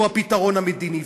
שהוא הפתרון המדיני.